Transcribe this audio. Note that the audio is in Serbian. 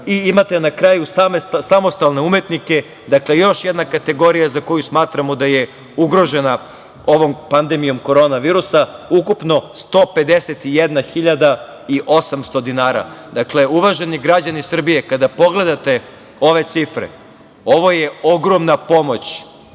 Imate na kraju samostalne umetnike, dakle, još jedna kategorija za koju smatramo da je ugrožena ovom pandemijom korona virusa, ukupno 151.800 dinara. Dakle, uvaženi građani Srbije, kada pogledate ove cifre, ovo je ogromna pomoć